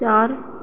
चार